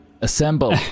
Assemble